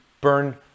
burn